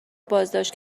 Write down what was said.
بازداشت